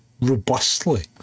robustly